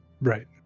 Right